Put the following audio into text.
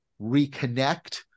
reconnect